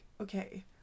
okay